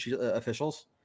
officials